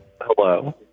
Hello